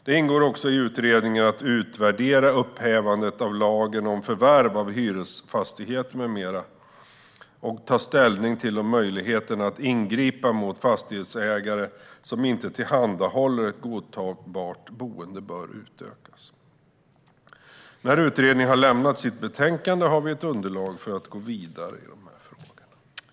Det ingår också i utredningen att utvärdera upphävandet av lagen om förvärv av hyresfastigheter m.m. och ta ställning till om möjligheterna att ingripa mot fastighetsägare som inte tillhandahåller ett godtagbart boende bör utökas. När utredningen har lämnat sitt betänkande har vi ett underlag för att gå vidare i dessa frågor.